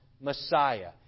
Messiah